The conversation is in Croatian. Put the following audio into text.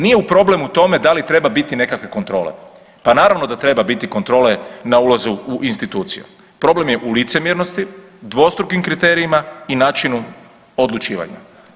Nije problem u tome da li treba biti nekakve kontrole, pa naravno da treba biti kontrole na ulazu u instituciju, problem je u licemjernosti, dvostrukim kriterijima i načinu odlučivanja.